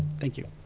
thank you.